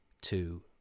two